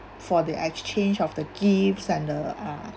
for the exchange of the gifts and the uh